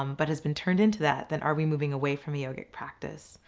um but has been turned into that, then are we moving away from a yogic practice?